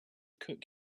cook